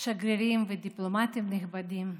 שגרירים ודיפלומטים נכבדים,